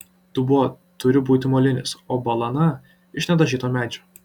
dubuo turi būti molinis o balana iš nedažyto medžio